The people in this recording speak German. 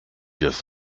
das